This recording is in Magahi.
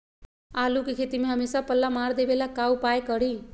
आलू के खेती में हमेसा पल्ला मार देवे ला का उपाय करी?